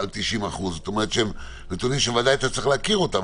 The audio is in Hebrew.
על 90%. זאת אומרת שאלה נתונים שאתה בוודאי צריך להכיר אותם.